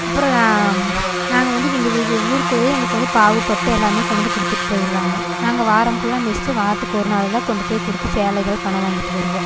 அப்புறம் நாங்கள் வந்து இவங்க ஊருக்குள்ளையே எங்களுக்கு வந்து பாவு பட்டு எல்லாமே கொண்டு வந்து கொடுத்துட்டு போயிடுவாங்க நாங்கள் வாரம் ஃபுல்லாக நெசிச்சு வாரத்துக்கு ஒரு நாள் தான் கொண்டு போய் கொடுத்து சேலைகள் பணம் வாங்கிட்டு வருவோம்